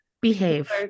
behave